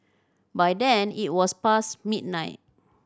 by then it was past midnight